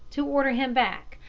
to order him back,